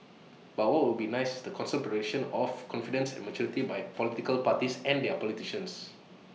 but what would be nice is the consistent of confidence and maturity by political parties and their politicians